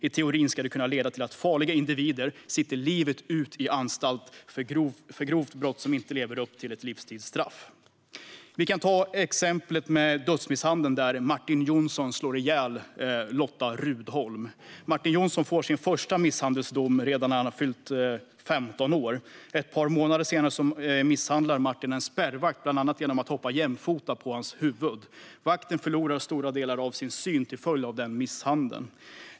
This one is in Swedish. I teorin ska detta kunna leda till att farliga individer sitter livet ut i anstalt för ett grovt brott som inte lever upp till kraven för ett livstidsstraff. Vi kan ta exemplet med Martin Jonssons dödsmisshandel av Lotta Rudholm. Martin Jonsson får sin första misshandelsdom redan när han har fyllt 15 år. Ett par månader senare misshandlar Martin en spärrvakt bland annat genom att hoppa jämfota på hans huvud. Vakten förlorar stora delar av sin syn till följd av misshandeln.